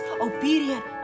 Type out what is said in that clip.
obedient